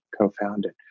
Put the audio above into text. co-founded